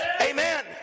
amen